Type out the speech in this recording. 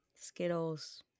Skittles